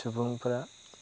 सुबुंफ्रा